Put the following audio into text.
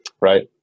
right